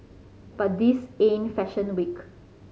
but this ain't fashion week